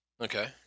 okay